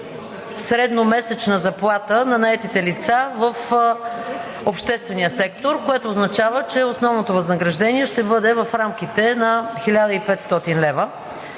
средномесечна заплата на наетите лица в обществения сектор“, което означава, че основното възнаграждение ще бъде в рамките на 1500 лв.